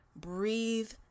breathe